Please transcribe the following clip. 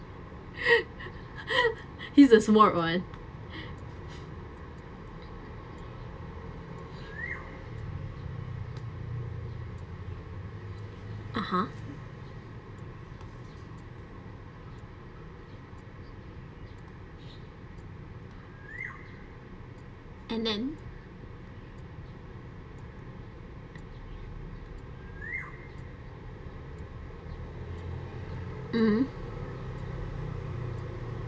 he's the smart one (uh huh) and then mmhmm